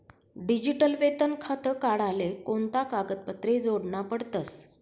Digital वेतन खातं काढाले कोणता कागदपत्रे जोडना पडतसं?